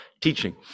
teaching